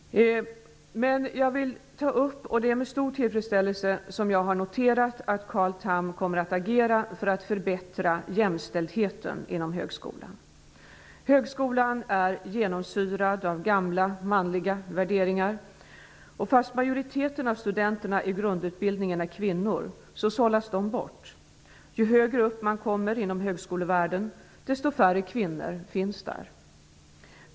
Det är med stor tillfredsställelse som jag har noterat att Carl Tham kommer att agera för att förbättra jämställdheten inom högskolan. Högskolan är genomsyrad av gamla, manliga värderingar, och fast majoriteten av studenterna i grundutbildningen är kvinnor sållas de bort. Ju högre upp man kommer inom högskolevärlden, desto färre kvinnor finns där.